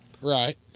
Right